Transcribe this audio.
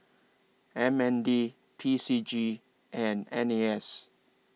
M N D P C G and N A S